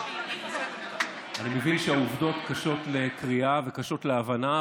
אני מבין שהעובדות קשות לקריאה וקשות להבנה,